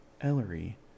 Ellery